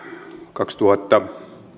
kaksituhatta